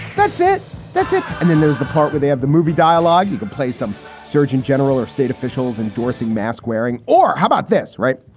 that's it that's it. and then there's the part where they have the movie dialogue. you can play some surgeon general or state officials endorsing mask wearing or how about this? right.